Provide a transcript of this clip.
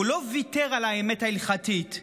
הוא לא ויתר על האמת ההלכתית,